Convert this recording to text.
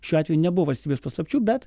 šiuo atveju nebuvo valstybės paslapčių bet